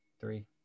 Three